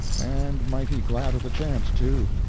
and mighty glad of the chance, too.